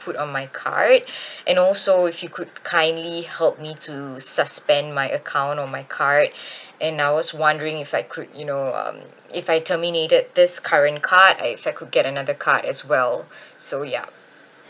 put on my card and also if you could kindly help me to suspend my account or my card and I was wondering if I could you know um if I terminated this current card if I could get another card as well so yup